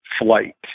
flight